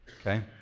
okay